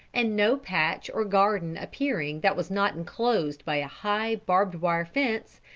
and no patch or garden appearing that was not enclosed by a high, barbed-wire fence,